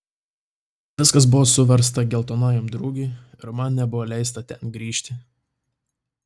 viskas buvo suversta geltonajam drugiui ir man nebuvo leista ten grįžti